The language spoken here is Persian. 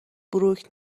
بروک